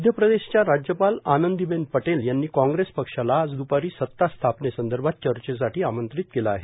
मध्यप्रदेशच्या राज्यपाल आनंदीबेन पटेल यांनी काँग्रेस पक्षाला आज दुपारी सत्ता स्थापनेसंदर्भात चर्चेसाठी आमंत्रित केलं आहे